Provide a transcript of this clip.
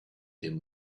him